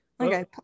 Okay